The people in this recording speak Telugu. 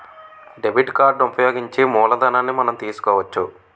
డెబిట్ కార్డు ఉపయోగించి మూలధనాన్ని మనం తీసుకోవచ్చు